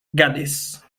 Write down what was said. gales